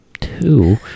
Two